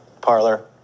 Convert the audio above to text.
parlor